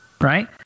right